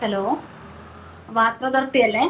hello water അതോറിറ്റിയല്ലേ